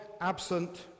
absent